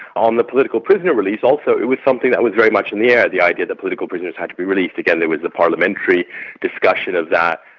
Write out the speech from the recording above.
on the political prisoner release also, it was something that was very much in the air yeah the idea that political prisoners had to be released. again there was the parliamentary discussion of that.